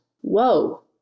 whoa